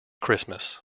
christmas